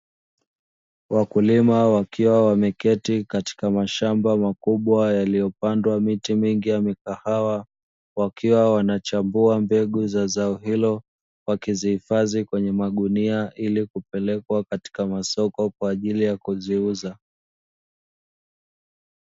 Wakulima wakiwa wameketi katika mashamba makubwa yaliyopandwa miti mingi ya mikahawa, wakiwa wanachambua mbegu za zao hilo, wakizihifadhi katika magunia ili kupelekwa katika masoko kwa ajili ya kuziuza.